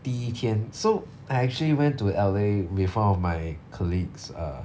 第一天 so I actually went to L_A with one of my colleagues err